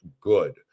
good